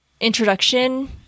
introduction